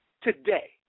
Today